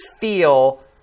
feel